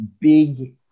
big